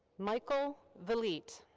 michael vliet.